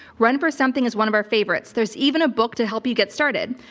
run for something is one of our favorites. there's even a book to help you get started.